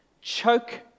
choke